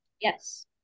Yes